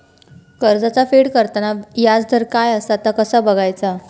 कर्जाचा फेड करताना याजदर काय असा ता कसा बगायचा?